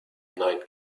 night